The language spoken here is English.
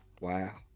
Wow